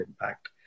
impact